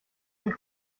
die